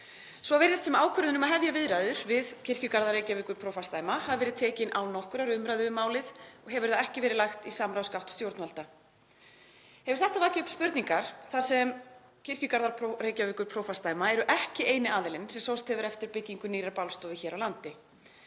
Svo virðist sem ákvörðun um að hefja viðræður við Kirkjugarða Reykjavíkurprófastsdæma hafi verið tekin án nokkurrar umræðu um málið og hefur það ekki verið lagt í samráðsgátt stjórnvalda. Hefur þetta vakið upp spurningar þar sem Kirkjugarðar Reykjavíkurprófastsdæma eru ekki eini aðilinn sem sóst hefur eftir byggingu nýrrar bálstofu hér á landi.